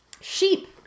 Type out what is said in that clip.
Sheep